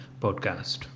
podcast